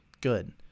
Good